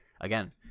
again